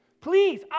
Please